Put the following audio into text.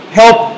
help